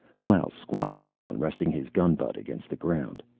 klaus squatted down, resting his gun butt against the ground.